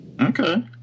Okay